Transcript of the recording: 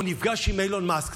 הוא נפגש עם אילון מאסק,